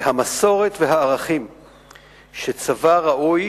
והמסורת והערכים שצבא ראוי